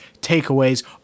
takeaways